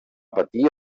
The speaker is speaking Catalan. patir